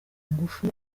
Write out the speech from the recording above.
ngufu